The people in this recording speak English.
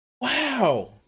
Wow